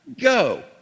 go